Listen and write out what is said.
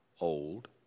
old